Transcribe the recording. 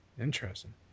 Interesting